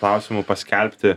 klausimu paskelbti